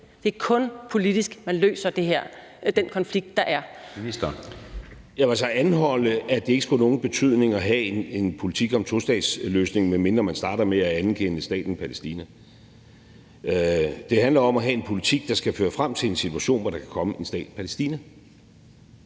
(Lars Løkke Rasmussen): Jeg vil altså anholde, at det ikke skulle have nogen betydning at have en politik om tostatsløsningen, medmindre man starter med at anerkende staten Palæstina. Det handler om at have en politik, der skal føre frem til en situation, hvor der kan komme en stat Palæstina,